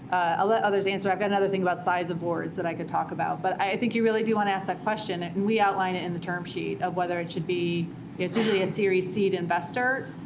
i'll let others answer. i've got another thing about size of boards that i could talk about but i think you really do want to ask that question. and we outline it in the term sheet of whether it should be it's usually a series seed investor,